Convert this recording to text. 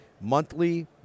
monthly